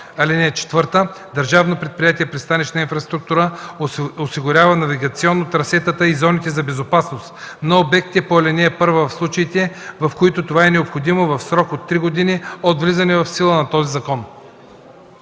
(4) Държавно предприятие „Пристанищна инфраструктура” осигурява навигационно трасетата и зоните за безопасност на обектите по ал. 1 в случаите, в които това е необходимо, в срок от три години от влизане в сила на този закон.”